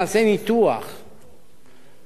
מאוד מדוקדק, מאוד חכם